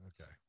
Okay